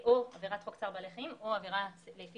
או עבירת חוק צער בעלי חיים או עבירה לפי